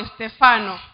Stefano